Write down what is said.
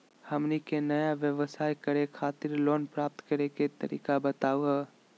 हमनी के नया व्यवसाय करै खातिर लोन प्राप्त करै के तरीका बताहु हो?